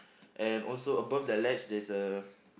and also above the ledge there's a